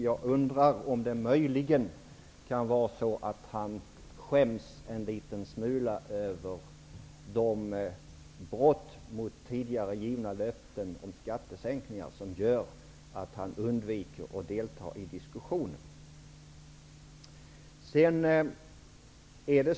Jag undrar om han möjligen skäms litet över de brott som gjorts mot tidigare givna löften om skattesänkningar och om det är det som gör att han undviker att delta i diskussionen.